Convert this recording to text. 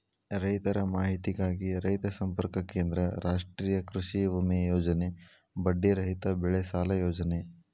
ರೈತರ ಮಾಹಿತಿಗಾಗಿ ರೈತ ಸಂಪರ್ಕ ಕೇಂದ್ರ, ರಾಷ್ಟ್ರೇಯ ಕೃಷಿವಿಮೆ ಯೋಜನೆ, ಬಡ್ಡಿ ರಹಿತ ಬೆಳೆಸಾಲ ಯೋಜನೆ